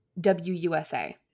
WUSA